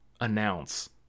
announce